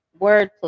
wordplay